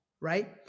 Right